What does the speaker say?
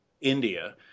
India